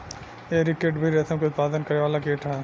एरी कीट भी रेशम के उत्पादन करे वाला कीट ह